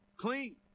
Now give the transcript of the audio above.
clean